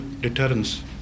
deterrence